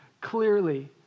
Clearly